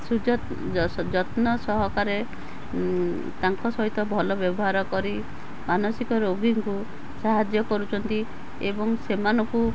ସୁଯତ୍ନ ଯତ୍ନ ସହକାରେ ତାଙ୍କ ସହିତ ଭଲ ବ୍ୟବହାର କରି ମାନସିକ ରୋଗୀଙ୍କୁ ସାହାଯ୍ୟ କରୁଛନ୍ତି ଏବଂ ସେମାନଙ୍କୁ